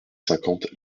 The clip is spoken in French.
cinquante